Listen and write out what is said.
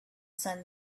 sun